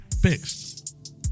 fixed